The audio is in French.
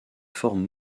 forme